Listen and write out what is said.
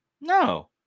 No